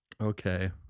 Okay